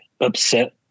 upset